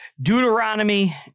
Deuteronomy